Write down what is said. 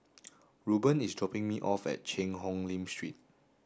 Ruben is dropping me off at Cheang Hong Lim Street